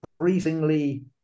increasingly